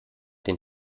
den